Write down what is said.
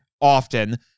often